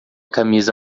camisa